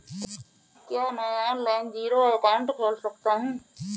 क्या मैं online zero account खोल सकता हूँ?